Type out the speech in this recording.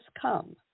come